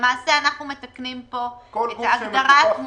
למעשה אנחנו מתקנים כאן את ההגדרה.